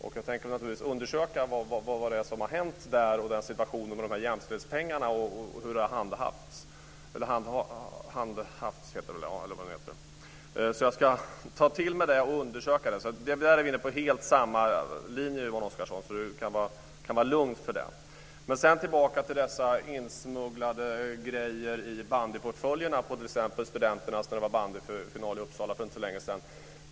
Jag tänker naturligtvis undersöka vad som har hänt och hur jämställdhetspengarna har handhafts. Jag ska ta det till mig och undersöka det. Vi är inne på helt samma linje, så Yvonne Oscarsson kan vara lugn. Jag vill gå tillbaka till de insmugglade sakerna i bandyportföljerna t.ex. i samband med bandyfinalen på Studenternas i Uppsala för inte så länge sedan.